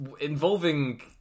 involving